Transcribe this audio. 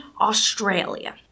Australia